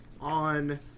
on